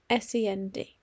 SEND